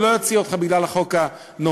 הוא לא יוציא אותך בגלל החוק הנורבגי,